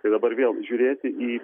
tai dabar vėl žiūrėti į